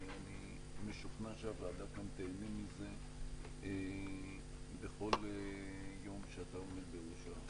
ואני משוכנע שהוועדה גם תיהנה מזה בכל יום שאתה עומד בראשה.